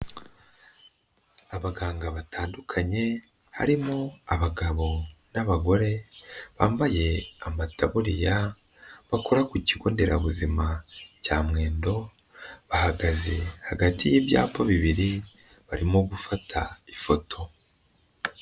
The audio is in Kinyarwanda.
Abaganga batandukanye harimo abagabo n'abagore bambaye amataburiya bakora ku kigo nderabuzima cya Mwendo bahagaze hagati y'ibyapa bibiri barimo gufata ifoto.